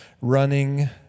running